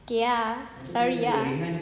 okay ah sorry ah